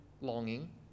longing